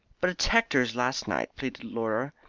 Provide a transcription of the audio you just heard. but it's hector's last night, pleaded laura.